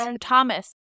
thomas